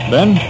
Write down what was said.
Ben